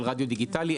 של רדיו דיגיטלי,